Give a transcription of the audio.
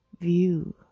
view